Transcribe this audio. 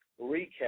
recap